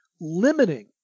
limiting